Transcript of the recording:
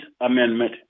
Amendment